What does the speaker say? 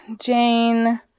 Jane